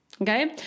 Okay